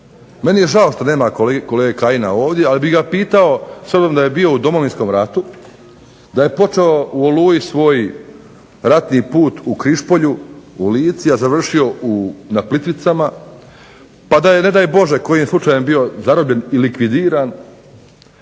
Meni je žao što nema kolege Kajina ovdje, ali bi ga pitao s obzirom da je bio u Domovinskom ratu, da je počeo u Oluji svoj ratni put u Križpolju u Lici, a završio na Plitvicama pa da je ne daj Bože kojim slučajem bio zarobljen i likvidiran